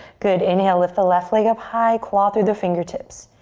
good, inhale lift the left leg up high. claw through the fingertips.